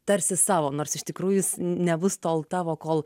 tarsi savo nors iš tikrųjų jis nebus tol tavo kol